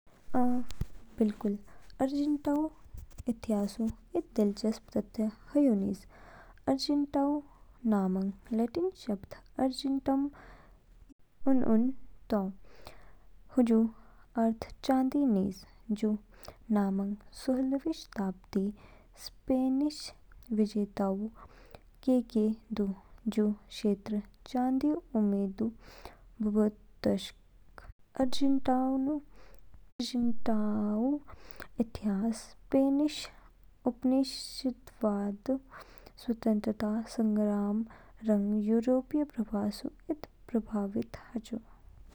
अ, बिल्कुल। आर्जेंटीनाऊ इतिहासऊ इद दिलचस्प तथ्य ह्यू निज। आर्जेंटीनाऊ नामंग लैटिन शब्दों अर्जेंटम इस उन उन तो, हूजू अर्थ चाँदी निज। जू नामंग सोलहवीं शताब्दीऊ स्पेनिश विजेताओं द्वारा केके दू, जू क्षेत्रो चाँदीऊ उम्मीद बबअ तोशके। आर्जेंटीनाऊ इतिहास स्पेनिश उपनिवेशवादऊ, स्वतंत्रता संग्राम रंग यूरोपीय प्रवास इस प्रभावित हाचो।